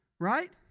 Right